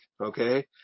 Okay